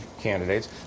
candidates